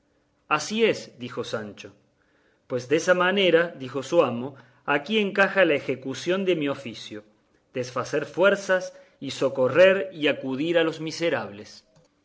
así es dijo sancho pues desa manera dijo su amo aquí encaja la ejecución de mi oficio desfacer fuerzas y socorrer y acudir a los miserables